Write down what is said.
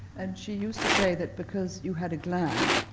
and she used to say, that because you had a gland